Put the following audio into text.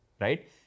right